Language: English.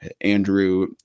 Andrew